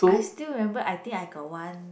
I still remember I think I got one